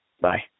Bye